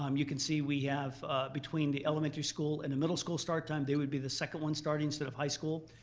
um you can see we have between the elementary school and the middle school start time, they would be the second one starting instead of high school.